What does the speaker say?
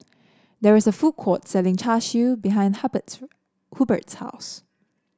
there is a food court selling Char Siu behind Hubbard's house